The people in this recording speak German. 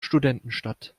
studentenstadt